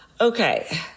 Okay